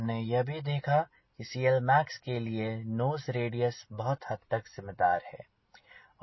हमने यह भी देखा की के CLmax लिए नोज रेडियस बहुत हद तक जिम्मेदार है